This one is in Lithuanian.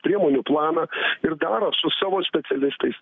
priemonių planą ir daro su savo specialistais